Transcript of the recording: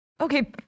Okay